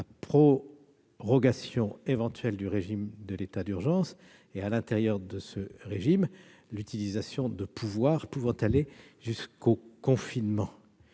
la prorogation éventuelle du régime de l'état d'urgence et, à l'intérieur de ce régime, l'utilisation de pouvoirs pouvant aller jusqu'à l'imposition